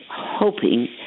hoping